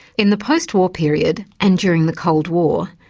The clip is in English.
in the post-war period and during the cold war,